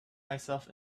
myself